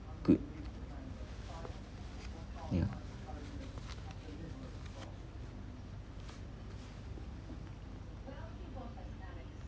good ya